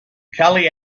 kelly